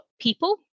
people